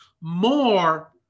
more